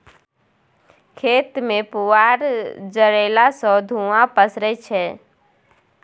खेत मे पुआर जरएला सँ धुंआ पसरय छै